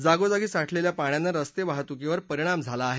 जागोजागी साठलेल्या पाण्यानं रस्तेवाहतुकीवर परिणाम झाला आहे